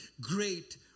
great